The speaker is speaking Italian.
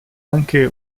anche